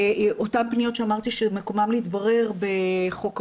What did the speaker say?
אותן פניות שאמרתי שמקומן להתברר בחוק העונשין.